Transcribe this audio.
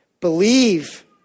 believe